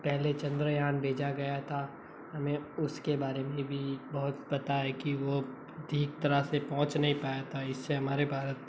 पहले चंद्रयान भेजा गया था हमें उस के बारे में भी बहुत पता है कि वो ठीक तरह से पहुंच नहीं पाया था इस से हमारे भारत के